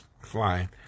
flying